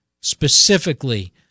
specifically